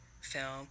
film